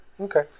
okay